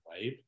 right